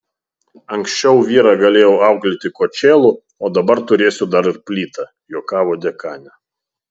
anksčiau vyrą galėjau auklėti kočėlu o dabar turėsiu dar ir plytą juokavo dekanė